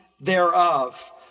thereof